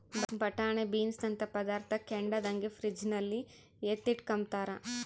ಬಟಾಣೆ ಬೀನ್ಸನಂತ ಪದಾರ್ಥ ಕೆಡದಂಗೆ ಫ್ರಿಡ್ಜಲ್ಲಿ ಎತ್ತಿಟ್ಕಂಬ್ತಾರ